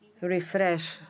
refresh